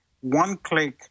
one-click